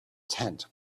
tent